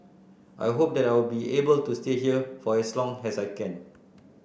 I hope that I will be able to stay here for as long as I can